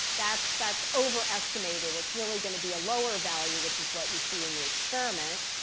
that's that's overestimated. it's really going to be a lower value, which is what you see in the experiment.